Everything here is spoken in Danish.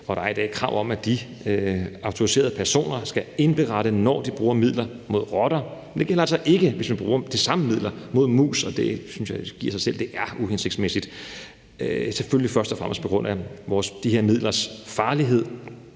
der er i dag krav om, at de autoriserede personer skal indberette, når de bruger de midler mod rotter, men ikke, hvis man bruger de samme midler mod mus. Og det synes jeg giver sig selv er uhensigtsmæssigt, selvfølgelig først og fremmest på grund af de her midlers farlighed,